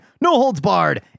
no-holds-barred